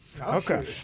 Okay